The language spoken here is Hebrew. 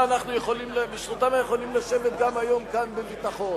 אנחנו יכולים לשבת גם היום כאן בביטחון.